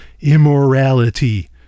immorality